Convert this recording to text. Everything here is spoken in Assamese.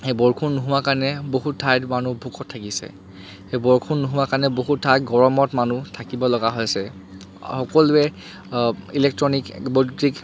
সেই বৰষুণ নোহোৱা কাণে বহুত ঠাইত মানুহ ভোকত থাকিছে সেই বৰষুণ নোহোৱা কাৰণে বহুত ঠাইত গৰমত মানুহ থাকিবলগা হৈছে সকলোৱে ইলেক্ট্ৰনিক